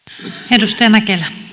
arvoisa